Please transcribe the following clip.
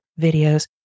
videos